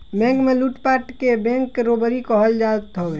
bank में लूटपाट के बैंक रोबरी कहल जात हवे